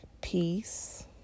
peace